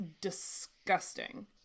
disgusting